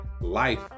life